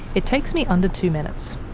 it takes me under two minutes.